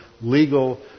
legal